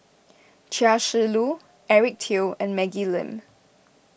Chia Shi Lu Eric Teo and Maggie Lim